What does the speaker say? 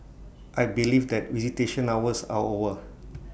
I believe that visitation hours are over